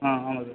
ஆ ஆமாம் சார்